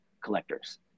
collectors